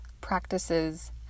practices